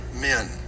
men